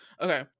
Okay